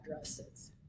addresses